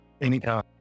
Anytime